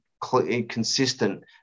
consistent